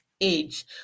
age